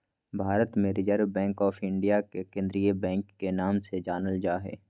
भारत मे reserve bank of India के केंद्रीय बैंक के नाम से जानल जा हय